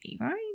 right